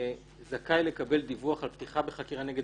זכאי לקבל דיווח על פתיחה בחקירה נגד